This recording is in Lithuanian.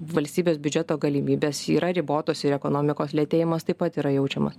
valstybės biudžeto galimybės yra ribotos ir ekonomikos lėtėjimas taip pat yra jaučiamas